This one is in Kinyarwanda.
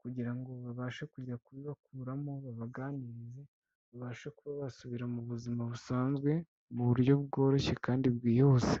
kugira ngo babashe kuza kubibakuramo babaganirize, babashe kuba basubira mu buzima busanzwe mu buryo bworoshye kandi bwihuse.